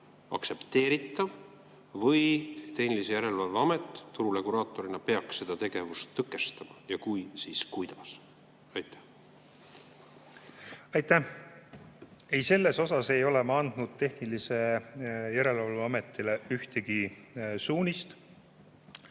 aktsepteeritav või tehnilise järelevalve amet tururegulaatorina peaks seda tegevust tõkestama ja kui, siis kuidas? Aitäh! Ei, selle kohta ei ole ma andnud tehnilise järelevalve ametile ühtegi suunist.